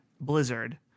Blizzard